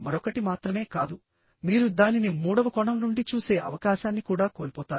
మరొకటి మాత్రమే కాదు మీరు దానిని మూడవ కోణం నుండి చూసే అవకాశాన్ని కూడా కోల్పోతారు